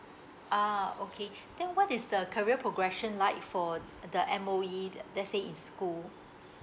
ah okay then what is the career progression like for the M_O_E let's say in school